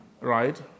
Right